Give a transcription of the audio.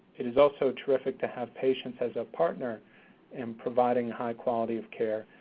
it is also terrific to have patients as a partner in providing high quality of care.